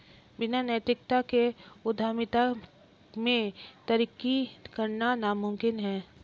बिना नैतिकता के उद्यमिता में तरक्की करना नामुमकिन है